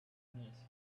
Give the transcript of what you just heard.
minutes